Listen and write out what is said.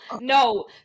no